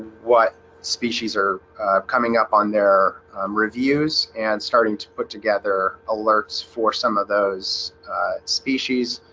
what species are coming up on their reviews and starting to put together alerts for some of those species